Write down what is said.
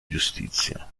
giustizia